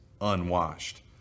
unwashed